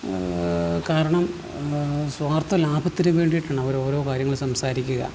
കാരണം സ്വാർത്ഥ ലാഭത്തിന് വേണ്ടിയിട്ടാണ് അവരോരോ കാര്യങ്ങൾ സംസാരിക്കുക